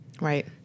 Right